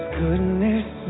goodness